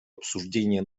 обсуждения